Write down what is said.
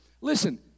listen